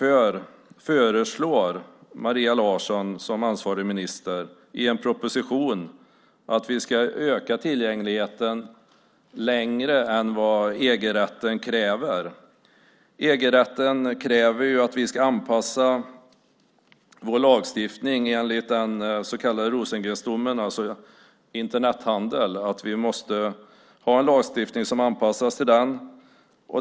Nu föreslår Maria Larsson som ansvarig minister i en proposition att vi ska öka tillgängligheten, och hon går längre än vad EG-rätten kräver. EG-rätten kräver att vi ska anpassa vår lagstiftning enligt den så kallade Rosengrensdomen gällande Internethandel. Vi måste anpassa vår lagstiftning till den.